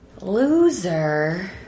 loser